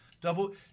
Double